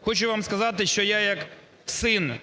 Хочу вам сказати, що я як син